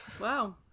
Wow